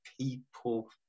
people